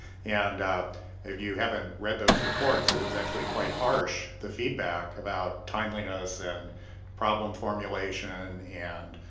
and if you haven't read those reports it was actually quite harsh the feedback about timeliness and problem formulation and